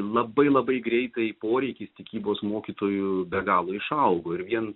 labai labai greitai poreikis tikybos mokytojų be galo išaugo ir vien